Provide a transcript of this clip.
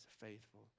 faithful